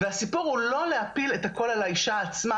והסיפור הוא לא להפיל את הכל על האישה עצמה